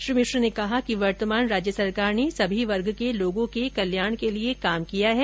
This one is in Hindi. श्री मिश्र ने कहा कि वर्तमान राज्य सरकार ने सभी वर्ग के लोगों के कल्याण के लिए काम किया है